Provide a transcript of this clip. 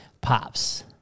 Pops